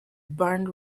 burned